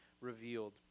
revealed